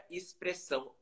expressão